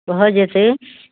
भऽ जेतै